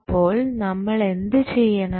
അപ്പോൾ നമ്മൾ എന്ത് ചെയ്യണം